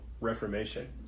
reformation